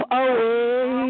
away